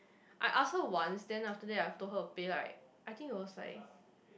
I ask her once then after that I told her to pay right I think he was like